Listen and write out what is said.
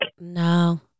No